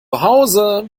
hause